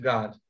God